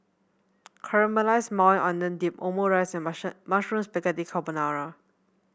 Caramelized Maui Onion Dip Omurice and Mushroom Spaghetti Carbonara